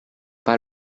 pas